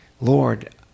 Lord